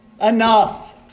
Enough